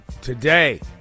today